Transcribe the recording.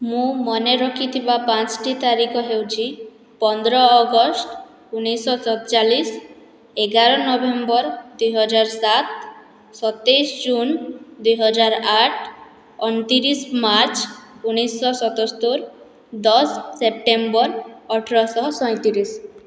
ମୁଁ ମନେ ରଖିଥିବା ପାଞ୍ଚ୍ଟି ତାରିଖ ହେଉଛି ପନ୍ଦର ଅଗଷ୍ଟ ଉଣେଇଶିଶହ ସତଚାଲିଶି ଏଗାର ନଭେମ୍ବର ଦୁଇହଜାର ସାତ ସତେଇଶି ଜୁନ ଦୁଇ ହଜାର ଆଠ ଅଣତିରିଶି ମାର୍ଚ୍ଚ ଉଣେଇଶିଶହ ସତସ୍ତରୀ ଦଶ ସେପ୍ଟେମ୍ବର ଅଠରଶହ ସଇଁତିରିଶି